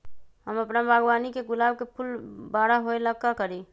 हम अपना बागवानी के गुलाब के फूल बारा होय ला का करी?